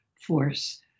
force